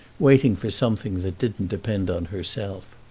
waiting for something that didn't depend on herself.